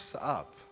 up